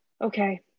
Okay